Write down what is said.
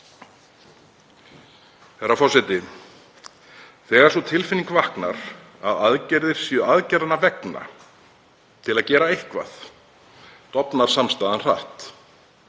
Þegar sú tilfinning vaknar að aðgerðir séu aðgerðanna vegna, til að gera eitthvað, dofnar samstaðan hratt.